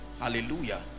hallelujah